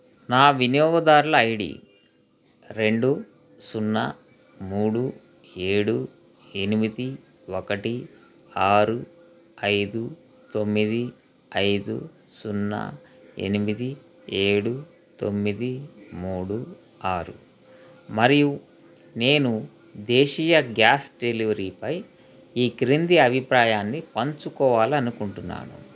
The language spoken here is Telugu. నా వినియోగదారుల ఐ డి రెండు సున్నా మూడు ఏడు ఎనిమిది ఒకటి ఆరు ఐదు తొమ్మిది ఐదు సున్నా ఎనిమిది ఏడు తొమ్మిది మూడు ఆరు మరియు నేను దేశీయ గ్యాస్ డెలివరీపై ఈ క్రింది అభిప్రాయాన్ని పంచుకోవాలి అనుకుంటున్నాను